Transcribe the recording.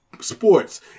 Sports